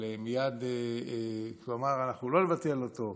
אבל מייד אמר: אנחנו לא נבטל אותו.